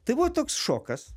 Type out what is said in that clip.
tai buvo toks šokas